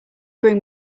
bring